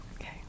Okay